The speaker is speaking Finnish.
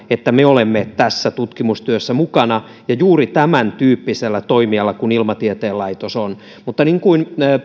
että me olemme tässä tutkimustyössä mukana ja juuri tämäntyyppisellä toimijalla kuin ilmatieteen laitos on mutta niin kuin